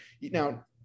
Now